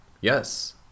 Yes